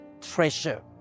treasure